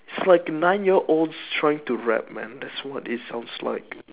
it's like nine year olds trying to rap man that's what it sounds like